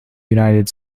united